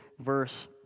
verse